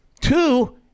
Two